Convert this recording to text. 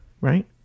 right